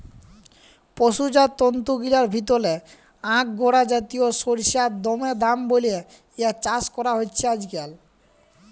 পসুজাত তন্তুগিলার ভিতরে আঙগোরা জাতিয় সড়সইড়ার দাম দমে বল্যে ইয়ার চাস করা হছে আইজকাইল